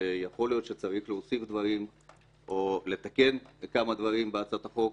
ויכול להיות שצריך להוסיף דברים או לתקן כמה דברים בהצעת החוק,